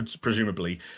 presumably